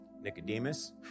Nicodemus